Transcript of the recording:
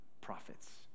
prophets